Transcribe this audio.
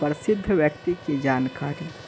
प्रसिद्ध व्यक्ति की जानकारी